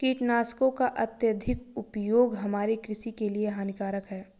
कीटनाशकों का अत्यधिक उपयोग हमारे कृषि के लिए हानिकारक है